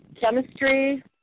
chemistry